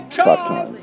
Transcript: come